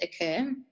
occur